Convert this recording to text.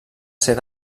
ser